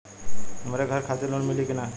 हमरे घर खातिर लोन मिली की ना?